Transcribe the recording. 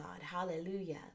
Hallelujah